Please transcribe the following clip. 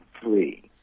three